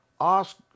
ask